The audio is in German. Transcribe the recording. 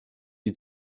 die